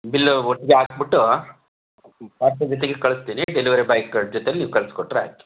bill ಒಟ್ಟಿಗೆ ಹಾಕ್ಬಿಟ್ಟು parcel ಜೊತೆಗೆ ಕಳ್ಸ್ತೀನಿ ಡೆಲಿವರಿ ಬಾಯ್ ಕ ಜೊತೇಲಿ ನೀವು ಕಳ್ಸ್ಕೊಟ್ರೆ ಆಯಿತು